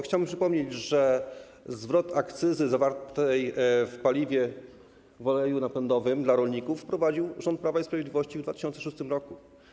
Chciałbym przypomnieć, że zwrot akcyzy zawartej w paliwie, w oleju napędowym dla rolników wprowadził rząd Prawa i Sprawiedliwości w 2006 r.